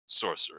sorcery